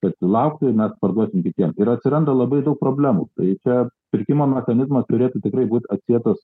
kad laukti mes parduosim kitiem ir atsiranda labai daug problemų tai čia pirkimo mechanizmas turėtų tikrai būti atsietas